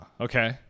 okay